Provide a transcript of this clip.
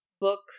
book